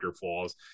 flaws